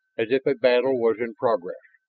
as if a battle was in progress.